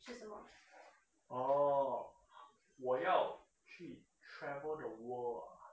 哦我要去 travel the world ah